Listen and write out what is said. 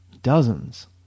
Dozens